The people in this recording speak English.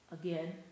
again